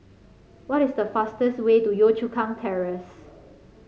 what is the fastest way to Yio Chu Kang Terrace